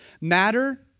matter